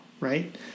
Right